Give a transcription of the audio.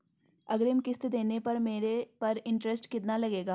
अग्रिम किश्त देने पर मेरे पर इंट्रेस्ट कितना लगेगा?